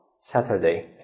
Saturday